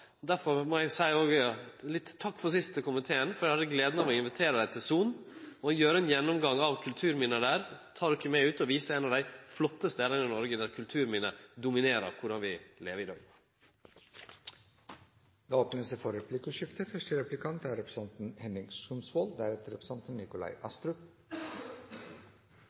salen. Derfor vil eg seie takk for sist til komiteen. Eg hadde gleda av å invitere dei til Son, hadde ein gjennomgang av kulturminna der, og tok dei med ut og viste dei ein av dei flotte stadene i Noreg der kulturminne dominerer korleis vi lever i dag. Det åpnes for replikkordskifte.